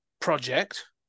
project